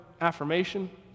affirmation